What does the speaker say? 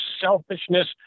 selfishness